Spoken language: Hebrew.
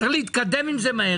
צריך להתקדם עם זה מהר,